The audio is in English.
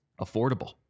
affordable